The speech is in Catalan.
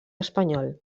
espanyol